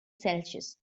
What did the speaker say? celsius